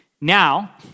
Now